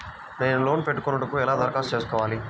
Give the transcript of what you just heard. నేను లోన్ పెట్టుకొనుటకు ఎలా దరఖాస్తు చేసుకోవాలి?